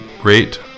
Great